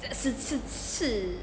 是是是